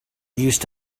used